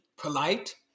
Polite